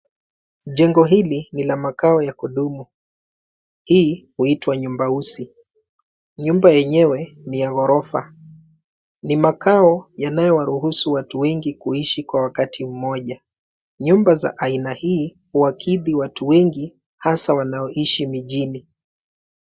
Jengo hili ni la makao ya kudumu. Hii huitwa nyumba usi. Nyumba yenyewe ni ya ghorofa. Ni makao yanayowaruhusu watu wengi kuishi kwa wakati mmoja. Nyumba za aina hii huwakithi watu wengi hasa wanaoishi mijini.